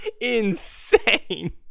insane